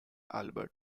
albert